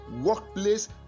workplace